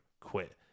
quit